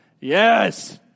Yes